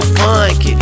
funk